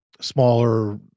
smaller